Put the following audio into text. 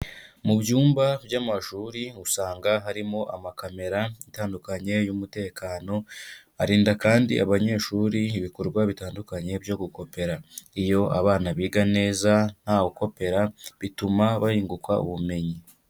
Mu byumba by'amashuri usanga harimo amakamera atandukanye y'umutekano, arinda kandi abanyeshuri ibikorwa bitandukanye byo gupera. Iyo abana biga neza ntawe ukopera bituma bunguka ubumenyi.